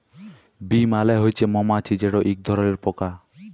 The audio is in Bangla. বী মালে হছে মমাছি যেট ইক ধরলের পকা